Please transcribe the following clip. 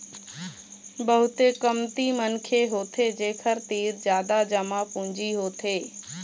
बहुते कमती मनखे होथे जेखर तीर जादा जमा पूंजी होथे